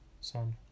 son